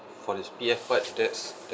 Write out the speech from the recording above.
for the C_P_F part that's